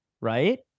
Right